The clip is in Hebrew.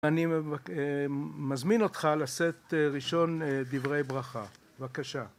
אני מזמין אותך לשאת ראשון דברי ברכה. בבקשה.